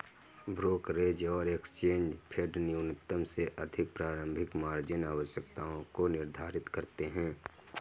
brokerage और exchange फेडन्यूनतम से अधिक प्रारंभिक मार्जिन आवश्यकताओं को निर्धारित करते हैं